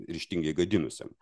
ryžtingai gadinusiam